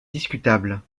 discutable